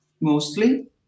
mostly